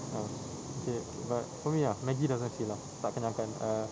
ya okay but for me ah tak kenyang kan err